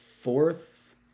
fourth